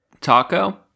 Taco